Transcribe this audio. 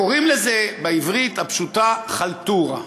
קוראים לזה בעברית הפשוטה: חלטורה,